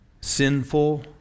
sinful